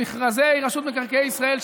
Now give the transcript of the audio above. במכרזי רשות מקרקעי ישראל,